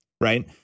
right